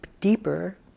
deeper